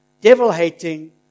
devil-hating